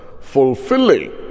fulfilling